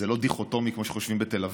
זה לא דיכוטומי כמו שחושבים בתל אביב.